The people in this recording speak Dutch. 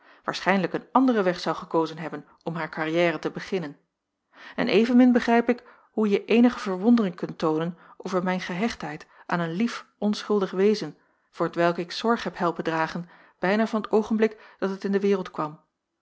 waarschijnlijk een anderen weg zou gekozen hebben om haar carrière te beginnen en evenmin begrijp ik hoe je eenige verwondering kunt toonen over mijn gehechtheid aan een lief onschuldig wezen voor t welk ik zorg heb helpen dragen bijna van t oogenblik dat het in de wereld kwam